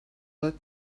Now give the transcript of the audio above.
that